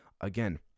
Again